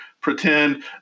pretend